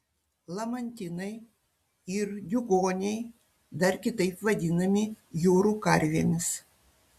lamantinai ir diugoniai dar kitaip vadinami jūrų karvėmis